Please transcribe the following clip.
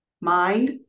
mind